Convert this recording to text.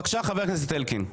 בבקשה, חבר הכנסת אלקין.